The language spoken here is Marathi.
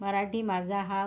मराठी माझा हा